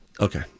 Okay